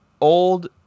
old